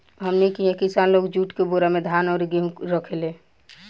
हमनी किहा किसान लोग जुट के बोरा में धान अउरी गेहू रखेले